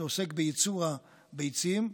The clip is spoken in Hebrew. שעוסק בייצור הביצים,